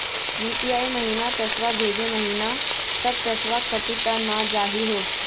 UPI महिना पैसवा भेजै महिना सब पैसवा कटी त नै जाही हो?